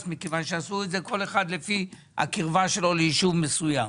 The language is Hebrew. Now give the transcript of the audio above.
מכיוון שעשו את זה כל אחד לפי הקרבה שלו ליישוב מסוים.